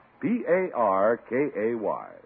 P-A-R-K-A-Y